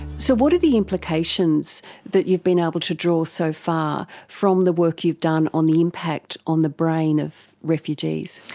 so what are the implications that you've been able to draw so far from the work you've done on the impact on the brain of refugees?